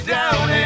down